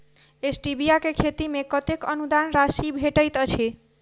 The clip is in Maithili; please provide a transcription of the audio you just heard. स्टीबिया केँ खेती मे कतेक अनुदान राशि भेटैत अछि?